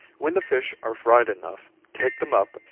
when the fish are fried enough, take them up,